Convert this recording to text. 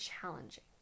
challenging